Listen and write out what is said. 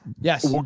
yes